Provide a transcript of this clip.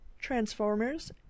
Transformers